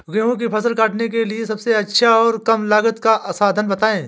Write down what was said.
गेहूँ की फसल काटने के लिए सबसे अच्छा और कम लागत का साधन बताएं?